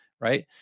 right